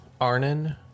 Arnon